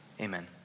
Amen